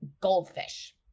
goldfish